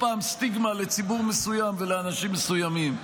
פעם סטיגמה לציבור מסוים ולאנשים מסוימים.